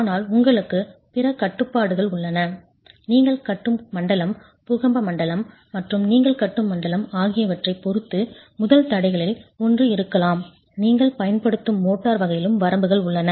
ஆனால் உங்களுக்கு பிற கட்டுப்பாடுகள் உள்ளன நீங்கள் கட்டும் மண்டலம் பூகம்ப மண்டலம் மற்றும் நீங்கள் கட்டும் மண்டலம் ஆகியவற்றைப் பொறுத்து முதல் தடைகளில் ஒன்று இருக்கலாம் நீங்கள் பயன்படுத்தும் மோட்டார் வகையிலும் வரம்புகள் உள்ளன